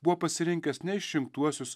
buvo pasirinkęs ne išrinktuosius